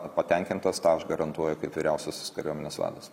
patenkintas tą aš garantuoju kaip vyriausiasis kariuomenės vadas